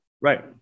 right